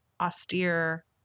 austere